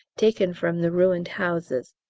taken from the ruined houses,